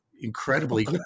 incredibly